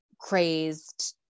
crazed